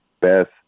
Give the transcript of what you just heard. best